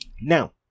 Now